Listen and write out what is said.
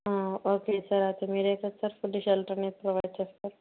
okay sir అయితే మీరే కదా సార్ ఫుడ్ షెల్టర్ మీరు ప్రొవైడ్ చేస్తారు